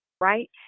right